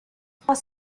trois